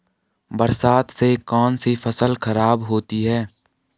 बरसात से कौन सी फसल खराब होती है?